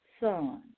son